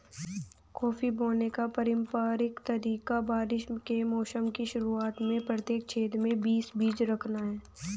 coffee बोने का पारंपरिक तरीका बारिश के मौसम की शुरुआत में प्रत्येक छेद में बीस बीज रखना है